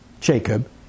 Jacob